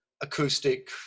acoustic